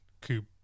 Coop